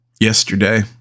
yesterday